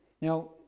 Now